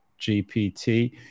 GPT